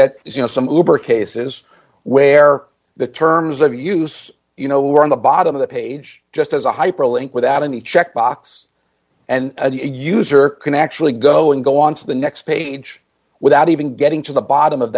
is you know some labor cases where the terms of use you know were on the bottom of the page just as a hyperlink without any checkbox and a user can actually go and go on to the next page without even getting to the bottom of